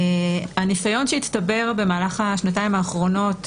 הניסיון שהצטבר במהלך השנתיים האחרונות,